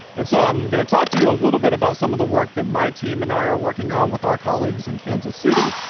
and so i'm gonna talk to you a little bit about some of the work that my team and i are working on with our colleagues in kansas city,